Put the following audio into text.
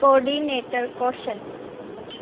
coordinator question